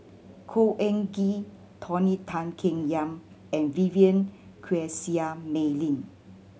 Khor Ean Ghee Tony Tan Keng Yam and Vivien Quahe Seah Mei Lin